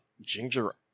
ginger